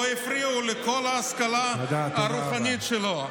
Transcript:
לא הפריעו לכל ההשכלה הרוחנית שלו.